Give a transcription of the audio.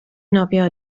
nofio